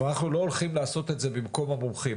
אבל אנחנו לא הולכים לעשות את זה במקום המומחים.